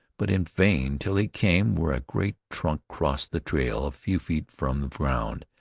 but in vain, till he came where a great trunk crossed the trail a few feet from the ground.